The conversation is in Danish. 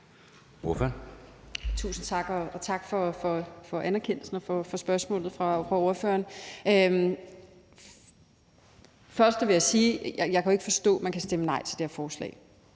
Tusind tak. Og tak for anerkendelsen og spørgsmålet fra ordføreren. Først vil jeg sige, at jeg ikke kan forstå, at man kan stemme nej til det her forslag.